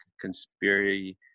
conspiracy